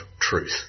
Truth